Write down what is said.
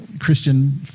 Christian